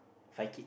Fai kid